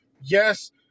Yes